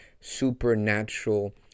supernatural